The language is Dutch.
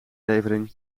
levering